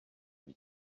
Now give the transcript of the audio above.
vies